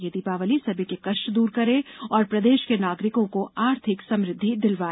यह दीपावली सभी के कष्ट दूर करे और प्रदेश के नागरिकों को आर्थिक समृद्धि दिलवाए